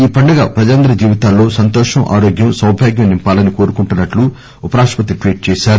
ఈ పండుగ ప్రజలందరి జీవితాల్లో సంతోషం ఆరోగ్యం సౌభాగ్యం నింపాలని కోరుకుంటున్నట్టు ఉపరాష్టపతి ట్వీట్ చేశారు